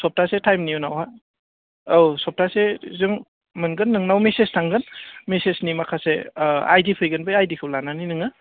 सप्तासे टाइमनि उनावहाय औ सप्तासेजों मोनगोन नोंनाव मेसेस थांगोन मेसेसनि माखासे आइडि फैगोन बे आइडिखौ लानानै नोङो